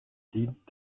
dient